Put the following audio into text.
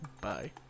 Bye